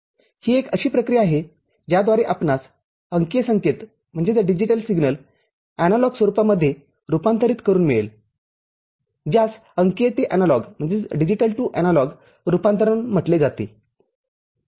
ही एक अशी प्रक्रिया आहे ज्याद्वारे आपणास अंकीय संकेत एनालॉग स्वरूपामध्ये रूपांतरित करून मिळेल ज्यास अंकीय ते एनालॉग रूपांतरण म्हटले जाते